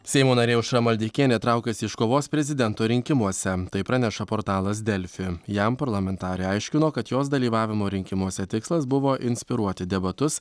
seimo narė aušra maldeikienė traukiasi iš kovos prezidento rinkimuose praneša portalas delfi jam parlamentarė aiškino kad jos dalyvavimo rinkimuose tikslas buvo inspiruoti debatus